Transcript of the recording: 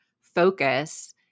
focus